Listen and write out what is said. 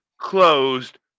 closed